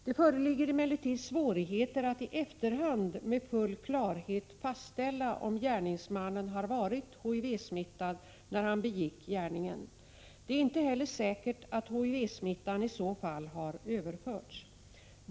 Det föreligger emellertid svårigheter att i efterhand med full klarhet fastställa om gärningsmannen har varit HIV-smittad när han begick gärningen. Det är inte heller säkert att HIV-smittan i så fall har överförts.